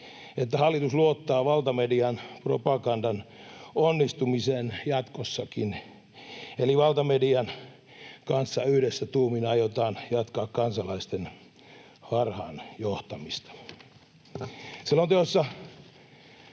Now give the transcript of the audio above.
että hallitus luottaa valtamedian propagandan onnistumiseen jatkossakin, eli valtamedian kanssa yhdessä tuumin aiotaan jatkaa kansalaisten harhaanjohtamista.